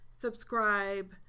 subscribe